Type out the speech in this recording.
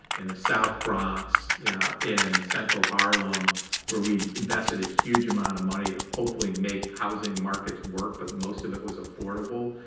in the south bronx, yeah in central harlem where we invested a huge amount of money to hopefully make housing markets work, but most of it was affordable,